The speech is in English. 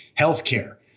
healthcare